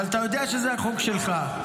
אבל אתה יודע שזה החוק שלך.